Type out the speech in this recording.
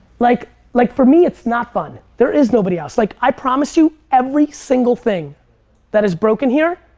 like like for me, it's not fun. there is nobody else. like i promise you, every single thing that is broken here,